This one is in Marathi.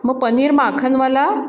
मग पनीर माखनवाला